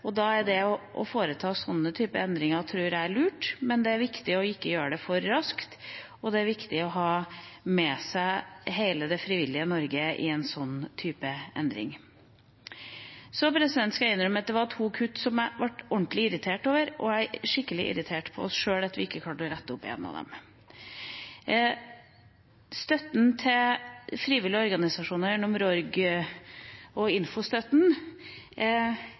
og da er det å foreta slike endringer lurt, men det er viktig å ikke gjøre det for raskt, og det er viktig å ha med seg hele det frivillige Norge i en slik endring. Jeg skal innrømme at det var to kutt som jeg ble ordentlig irritert over, og jeg er skikkelig irritert på oss sjøl for at vi ikke klarte å rette opp ett av dem. Støtten til frivillige organisasjoner gjennom RORG og infostøtten